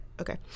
Okay